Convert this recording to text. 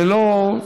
ולא,